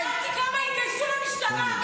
שאלתי כמה התגייסו למשטרה,